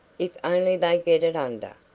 if only they get it under!